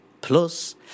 Plus